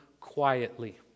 quietly